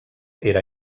era